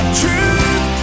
truth